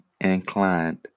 inclined